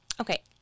Okay